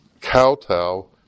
kowtow